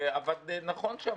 עבד נכון שם.